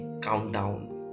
countdown